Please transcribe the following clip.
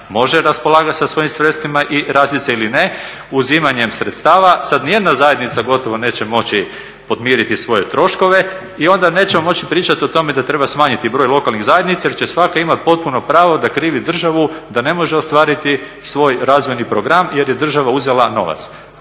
može raspolagat sa svojim sredstvima i razvit se ili ne uzimanjem sredstava. Sad nijedna zajednica gotovo neće moći podmiriti svoje troškove i onda nećemo moći pričat o tome da treba smanjiti broj lokalnih zajednica jer će svaka imat potpuno pravo da krivi državu da ne može ostvariti svoj razvojni program jer je država uzela novac.